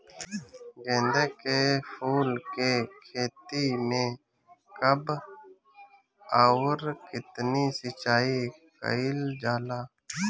गेदे के फूल के खेती मे कब अउर कितनी सिचाई कइल जाला?